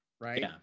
right